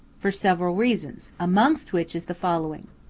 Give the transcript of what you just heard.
for several reasons, amongst which is the following.